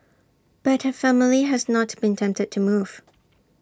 but her family has not been tempted to move